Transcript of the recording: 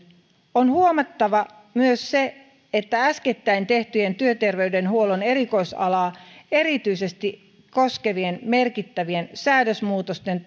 on huomattava myös se että äskettäin tehtyjen työterveyshuollon erikoisalaa erityisesti koskevien merkittävien säädösmuutosten